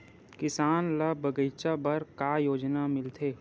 किसान ल बगीचा बर का योजना मिलथे?